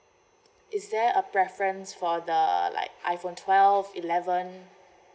is there a preference for the like iphone twelve eleven